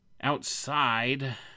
outside